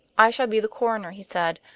i shall be the coroner, he said,